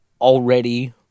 already